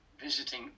visiting